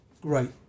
great